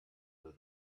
her